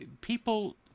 people